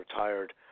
Retired